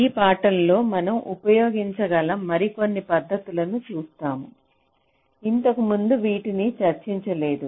ఈ పాఠం లో మనం ఉపయోగించగల మరికొన్ని పద్ధతులను చూస్తాము ఇంతకు ముందు వీటిని చర్చించలేదు